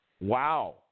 wow